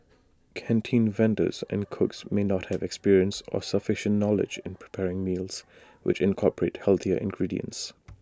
canteen vendors and cooks may not have experience or sufficient knowledge in preparing meals which incorporate healthier ingredients